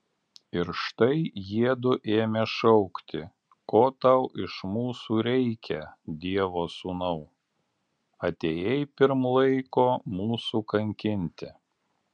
ir štai jiedu ėmė šaukti ko tau iš mūsų reikia dievo sūnau atėjai pirm laiko mūsų kankinti